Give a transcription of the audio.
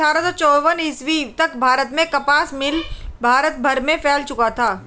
अट्ठारह सौ चौवन ईस्वी तक भारत में कपास मिल भारत भर में फैल चुका था